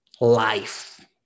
life